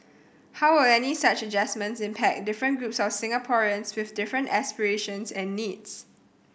how will any such adjustments impact different groups of Singaporeans with different aspirations and needs